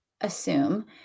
assume